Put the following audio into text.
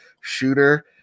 shooter